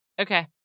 Okay